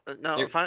no